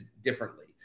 differently